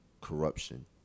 corruption